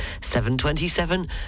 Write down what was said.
7.27